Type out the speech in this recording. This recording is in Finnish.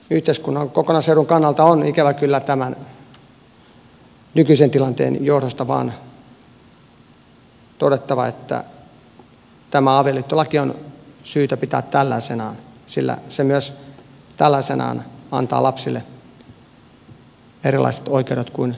yhteiskunnan kokonaisedun kannalta on ikävä kyllä tämän nykyisen tilanteen johdosta vain todettava että tämä avioliittolaki on syytä pitää tällaisenaan sillä tällaisenaan se myös antaa lapsille erilaiset oikeudet kuin heillä muutoin olisi